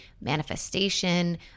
manifestation